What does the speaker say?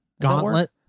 gauntlet